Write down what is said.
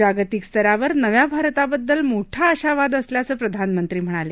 जागतिक स्तरावर नव्या भारताबद्दल मोठा आशावाद असल्याचं प्रधानमंत्री म्हणाले